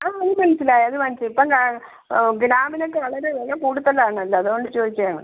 ആ അത് മനസ്സിലായി അത് ഇപ്പോൾ ഗ്രാമിനൊക്കെ വളരെ വില കൂടുതലാണല്ലോ അതുകൊണ്ട് ചോദിച്ചതാണ്